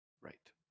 right